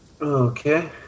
Okay